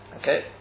Okay